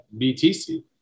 btc